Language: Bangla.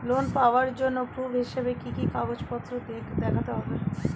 লোন পাওয়ার জন্য প্রুফ হিসেবে কি কি কাগজপত্র দেখাতে হবে?